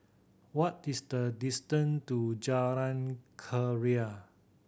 what is the distant to Jalan Keria